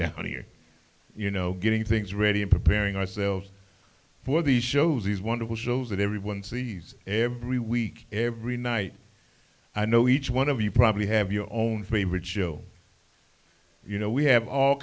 down here you know getting things ready and preparing ourselves for these shows these wonderful shows that everyone sees every week every night i know each one of you probably have your own favorite show you know we have all